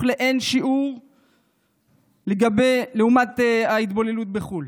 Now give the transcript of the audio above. לאין שיעור לעומת ההתבוללות בחו"ל,